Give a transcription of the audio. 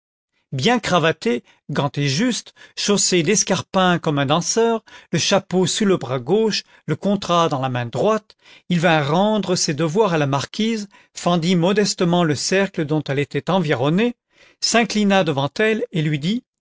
bien cravaté ganté juste chaussé d'escarpins comme un danseur le chapeau sous le bras gauche le contrat dans la main droite il vint rendre ses devoirs à la marquise fendit modestement le cercle dont elle était environnée s'inclina devant elle et lui dit